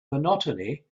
monotony